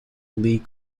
lee